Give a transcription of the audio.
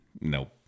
nope